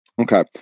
Okay